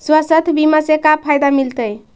स्वास्थ्य बीमा से का फायदा मिलतै?